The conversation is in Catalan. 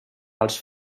als